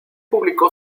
publicó